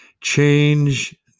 change